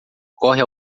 corre